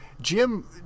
Jim